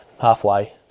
halfway